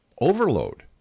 overload